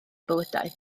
bywydau